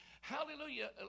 hallelujah